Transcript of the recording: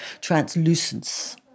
translucence